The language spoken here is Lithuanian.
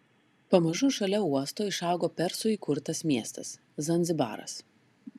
pamažu šalia uosto išaugo persų įkurtas miestas zanzibaras